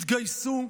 התגייסו,